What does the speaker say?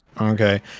okay